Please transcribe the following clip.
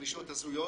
דרישות הזויות